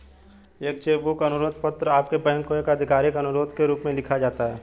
एक cheque book अनुरोध पत्र आपके बैंक को एक आधिकारिक अनुरोध के रूप में लिखा जाता है